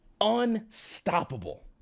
unstoppable